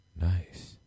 Nice